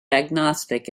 agnostic